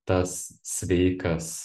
tas sveikas